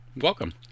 welcome